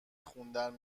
خوندن